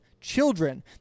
children